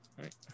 right